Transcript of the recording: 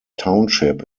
township